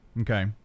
Okay